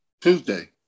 Tuesday